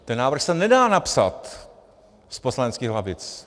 Ten návrh se nedá napsat z poslaneckých lavic.